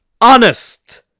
Honest